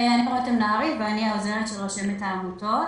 שמי רותם נהרי ואני העוזרת של רשמת העמותות.